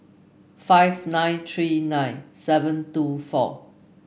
five nine three nine seven two four